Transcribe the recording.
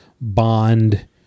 bond